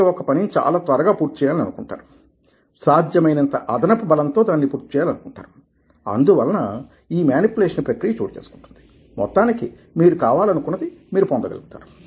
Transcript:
మీరు ఒక పనిని చాలా త్వరగా పూర్తి చేయాలని అనుకుంటారు సాధ్యమైనంత అదనపు బలంతో దానిని పూర్తి చేయాలనుకుంటారు అందువలన ఈ మేనిప్యులేషన్ ప్రక్రియ చోటు చేసుకుంటుంది మొత్తానికి మీరు కావాలనుకున్నది మీరు పొందగలుగుతారు